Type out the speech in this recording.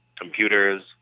computers